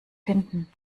finden